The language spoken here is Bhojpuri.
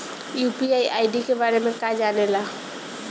यू.पी.आई आई.डी के बारे में का जाने ल?